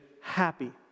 happy